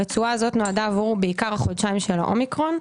הרצועה הזאת נועדה בעיקר עבור החודשיים של האומיקרון.